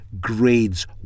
grades